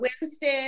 Winston